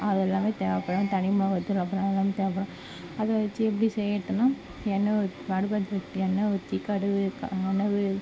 அதெல்லாம் தேவைப்படும் தனி மிளகாய் தூள் அப்புறம் எல்லாம் தேவைப்படும் அதை வச்சு எப்படி செய்கிறதுனா எண்ணை ஊத்தி கடுகு எண்ணை ஊற்றி கடுகு